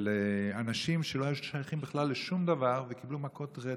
של אנשים שלא היו שייכים לשום דבר וקיבלו מכות רצח.